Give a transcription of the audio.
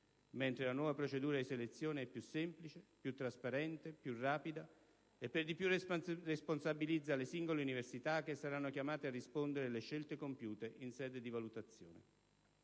Mentre la nuova procedura di selezione è più semplice, più trasparente e più rapida e per di più responsabilizza le singole università che saranno chiamate a rispondere delle scelte compiute in sede di valutazione.